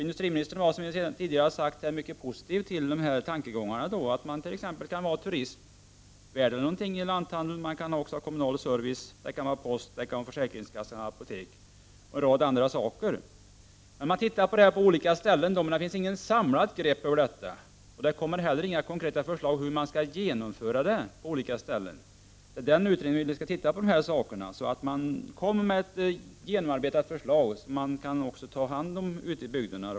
Industriministern var, som jag sade tidigare, mycket positiv till tankegångarna att lanthandeln t.ex. kunde vara turistvärd, att man där kunde ha kommunal service, post, försäkringskassa, apotek eller annat. Men det finns inget samlat grepp om hur det är på olika ställen. Det kommer inte heller några konkreta förslag hur det hela skall genomföras. Vi vill att en utredning skall titta på dessa saker och komma med ett genomarbetat förslag, som man kan ta ställning till ute i bygderna.